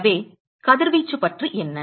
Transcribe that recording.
எனவே கதிர்வீச்சு பற்றி என்ன